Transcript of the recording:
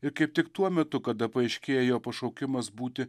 ir kaip tik tuo metu kada paaiškėja jo pašaukimas būti